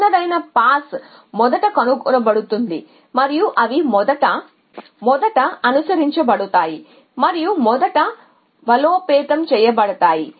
చిన్నదైన పాస్ మొదట కనుగొనబడుతుంది మరియు అవి మొదట అనుసరించబడతాయి మరియు మొదట బలోపేతం చేయబడతాయి